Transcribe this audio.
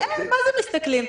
מה זה "מסתכלים"?